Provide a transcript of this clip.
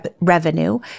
revenue